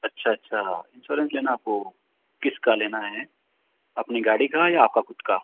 अच्छा अच्छा इंश्योरेंस लेना है आप को किस का लेना है अपनी गाड़ी का या आप का खुद का